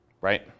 right